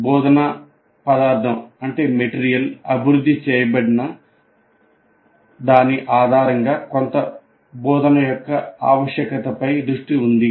బోధనా పదార్థం అభివృద్ధి చేయబడిన దాని ఆధారంగా కొంత బోధన యొక్క ఆవశ్యకతపై దృష్టి ఉంది